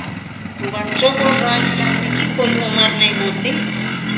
बच्चों को ड्रॉइंग करने की कोई उम्र नहीं होती